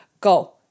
go